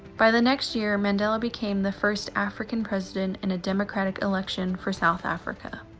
by the next year, mandela became the first african president in a democratic election for south africa.